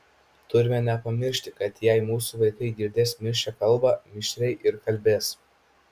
turime nepamiršti kad jei mūsų vaikai girdės mišrią kalbą mišriai ir kalbės